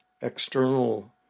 external